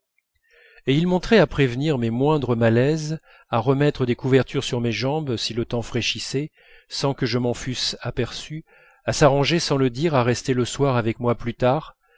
et il montrait à prévenir mes moindres malaises à remettre des couvertures sur mes jambes si le temps fraîchissait sans que je m'en fusse aperçu à s'arranger sans le dire à rester le soir avec moi plus tard